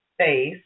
space